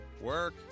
work